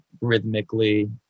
rhythmically